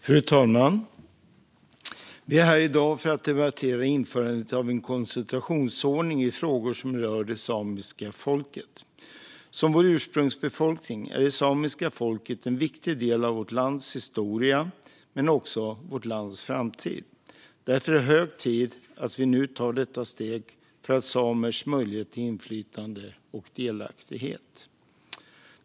Fru talman! Vi är här i dag för att debattera införandet av en konsultationsordning i frågor som rör det samiska folket. Som vår ursprungsbefolkning är det samiska folket en viktig del av vårt lands historia men också vårt lands framtid. Därför är det hög tid att vi nu tar detta steg för samers möjlighet till inflytande och delaktighet.